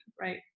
right